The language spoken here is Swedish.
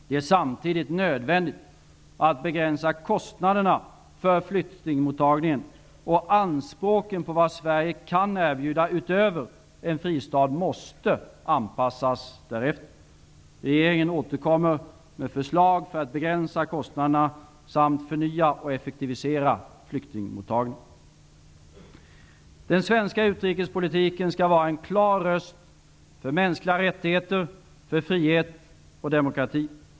Det är samtidigt nödvändigt att begränsa kostnaderna för flyktingmottagningen, och anspråken på vad Sverige kan erbjuda utöver en fristad måste anpassas därefter. Regeringen återkommer med förslag för att begränsa kostnaderna samt förnya och effektivisera flyktingmottagningen. Den svenska utrikespolitiken skall vara en klar röst för mänskliga rättigheter, frihet och demokrati.